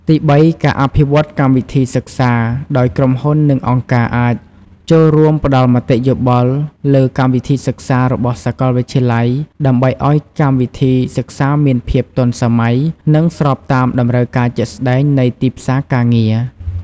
ទីបីការអភិវឌ្ឍកម្មវិធីសិក្សា ដោយក្រុមហ៊ុន និងអង្គការអាចចូលរួមផ្តល់មតិយោបល់លើកម្មវិធីសិក្សារបស់សាកលវិទ្យាល័យ ដើម្បីឱ្យកម្មវិធីសិក្សាមានភាពទាន់សម័យ និងស្របតាមតម្រូវការជាក់ស្តែងនៃទីផ្សារការងារ។